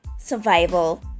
survival